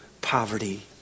poverty